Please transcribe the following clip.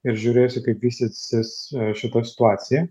ir žiūrėsiu kaip vystysis šita situacija